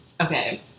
Okay